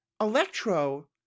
Electro